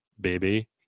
baby